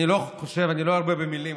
אני לא ארבה במילים.